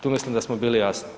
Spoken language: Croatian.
Tu mislim da smo bili jasni.